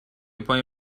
پای